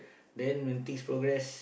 then when things progress